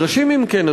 אם כן,